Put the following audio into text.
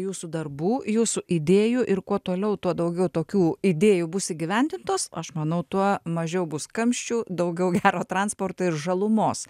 jūsų darbų jūsų idėjų ir kuo toliau tuo daugiau tokių idėjų bus įgyvendintos aš manau tuo mažiau bus kamščių daugiau gero transporto ir žalumos